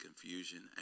confusion